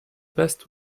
best